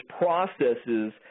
processes